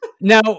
Now